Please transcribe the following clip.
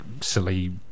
silly